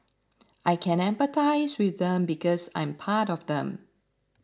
I can empathise with them because I'm part of them